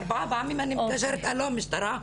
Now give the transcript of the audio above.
ארבע פעמים אני מתקשרת, הלו, משטרה,